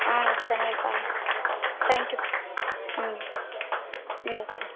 ஆ சரிங்கப்பா தேங்க்யூ ம் ம் தேங்க்யூ